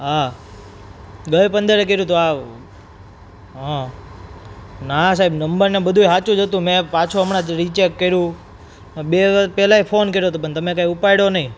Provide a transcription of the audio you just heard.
હા ગઈ પંદરે કર્યું હતું હા ના સાહેબ નંબર ને બધુંય સાચું જ હતું મેં પાછો હમણાં જ પાછું રિચેક બે વખત પહેલા ફોન કર્યો તો પણ તમે કઈ ઉપાડ્યો નહીં